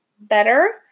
Better